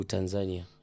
Tanzania